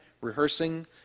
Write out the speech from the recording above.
rehearsing